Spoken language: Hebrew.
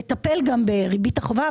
לטפל גם בריבית החובה.